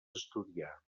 estudiar